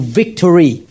victory